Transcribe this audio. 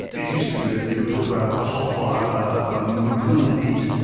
it used to be that they would talk about ah hot fire, a um cool heat,